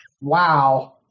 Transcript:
Wow